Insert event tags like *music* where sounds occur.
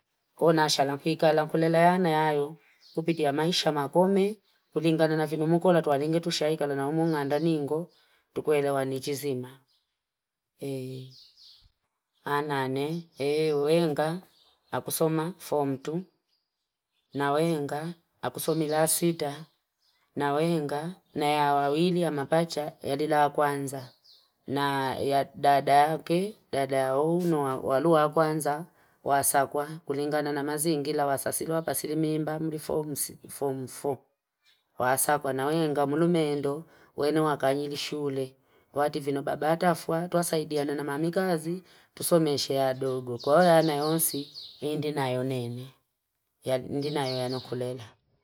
Ko nashala kwinkala kuleyane ayo kupit maisha makomi kulingana na vile Mungu natualinge tushaikana na mung'anda ningu tukuelewani chizima. *hesitation* *noise* Anane wenga akusoma fomu tu naweenga akusomi *noise* la sita naweenga naya wawili ya mapacha yalila wa kwanza na ya dada ake dada unu walua kwanza wasakwa kulingana na mazingila wasasilia wakasili mimba nilu fomu fo waswakwa na wenga mulumeendo wenuwaka linyi shule watufu baba atwa twasaidiana na mami kazi tusomeshe aadogo kwahiyo aya nonsi *noise* niende nayo nene, niende nayokulela.